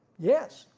yes.